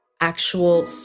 actual